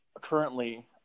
currently